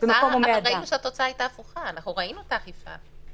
ראינו שהתוצאה הייתה הפוכה, ראינו את האכיפה.